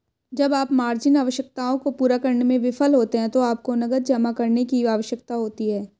जब आप मार्जिन आवश्यकताओं को पूरा करने में विफल होते हैं तो आपको नकद जमा करने की आवश्यकता होती है